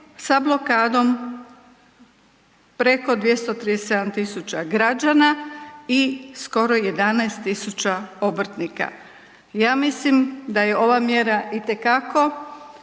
sa blokadom preko 237 tisuća građana i skoro 11 tisuća obrtnika. Ja mislim da je ova mjera itekako